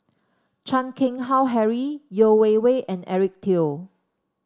Chan Keng Howe Harry Yeo Wei Wei and Eric Teo